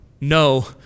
no